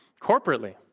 corporately